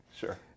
Sure